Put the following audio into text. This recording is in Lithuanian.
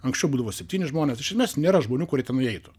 anksčiau būdavo septyni žmonės iš esmės nėra žmonių kurie ten nueitų